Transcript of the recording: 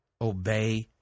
Obey